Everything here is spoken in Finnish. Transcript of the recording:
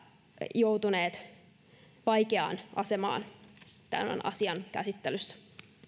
joutuneet vaikeaan asemaan tämän asian käsittelyssä